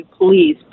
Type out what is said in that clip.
please